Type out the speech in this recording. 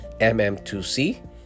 mm2c